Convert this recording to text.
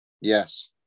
Yes